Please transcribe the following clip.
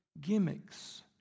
gimmicks